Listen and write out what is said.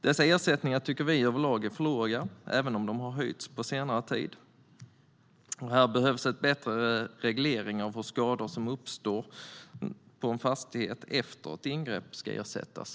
Dessa ersättningar tycker vi överlag är för låga även om de har höjts på senare tid. Det behövs också bättre reglering av hur skador som uppstår på en fastighet efter ett ingrepp ska ersättas.